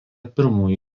pirmųjų